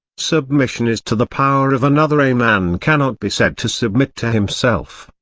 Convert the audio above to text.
submission is to the power of another a man cannot be said to submit to himself.